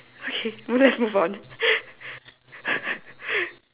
okay let's move on